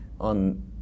on